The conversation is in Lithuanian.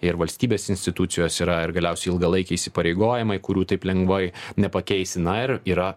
ir valstybės institucijos yra ir galiausiai ilgalaikiai įsipareigojimai kurių taip lengvai nepakeisi na ir yra